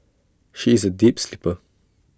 she is A deep sleeper